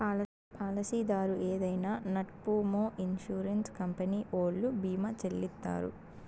పాలసీదారు ఏదైనా నట్పూమొ ఇన్సూరెన్స్ కంపెనీ ఓల్లు భీమా చెల్లిత్తారు